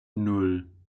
nan